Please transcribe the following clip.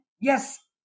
yes